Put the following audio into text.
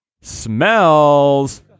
smells